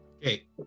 Okay